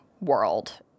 world